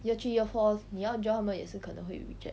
year three year four 你要 join 他们也是可能会 reject